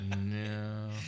No